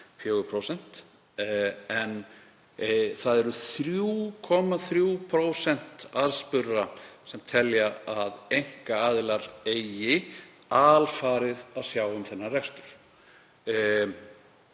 58,4%, en 3,3% aðspurðra telja að einkaaðilar eigi alfarið að sjá um þann rekstur.